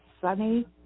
sunny